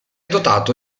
dotato